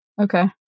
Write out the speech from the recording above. Okay